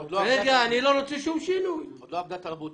עוד לא אבדה תרבותנו...